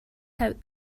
have